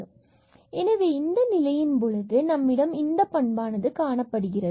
z dz 0ρx2y2 z dz0⟹ Δz dzΔρϵ ϵ→0asΔρ→0 எனவே இந்த நிலையின் போது நம்மிடம் இந்த பண்பானது காணப்படுகிறது